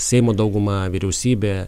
seimo dauguma vyriausybė